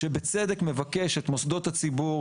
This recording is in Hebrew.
שבצדק מבקש את מוסדות הציבור,